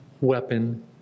weapon